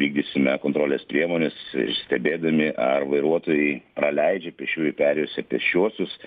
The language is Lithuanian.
vykdysime kontrolės priemones ir stebėdami ar vairuotojai praleidžia pėsčiųjų perėjose pėsčiuosius